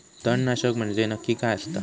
तणनाशक म्हंजे नक्की काय असता?